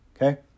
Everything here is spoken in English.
okay